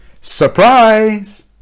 Surprise